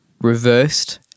reversed